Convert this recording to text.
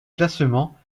classement